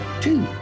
two